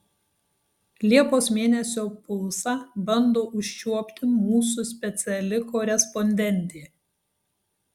liepos mėnesio pulsą bando užčiuopti mūsų speciali korespondentė